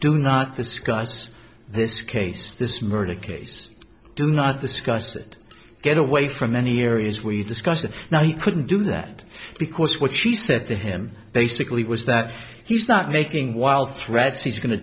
do not discuss this case this murder case do not discuss it get away from any areas where you discussed it now you couldn't do that because what she said to him basically was that he's not making while threats he's going to